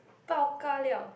pao-ka-liao